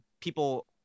people